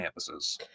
campuses